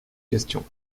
questions